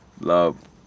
love